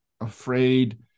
afraid